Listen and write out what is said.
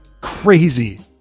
crazy